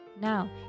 Now